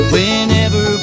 Whenever